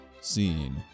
scene